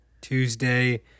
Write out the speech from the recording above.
Tuesday